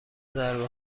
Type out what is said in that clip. ضربه